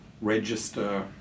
register